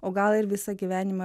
o gal ir visą gyvenimą